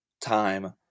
time